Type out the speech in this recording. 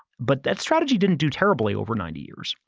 but that strategy didn't do terribly over ninety years.